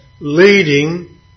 leading